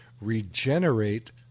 regenerate